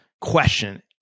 question